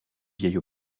vieil